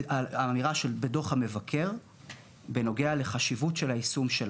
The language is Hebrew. האמירה בדוח המבקר בנוגע לחשיבות של היישום שלה.